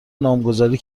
نامگذاری